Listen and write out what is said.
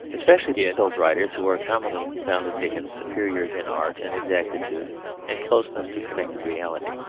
especially did those writers who are commonly counted dickens's superiors in art and exactitude and closeness to connected reality.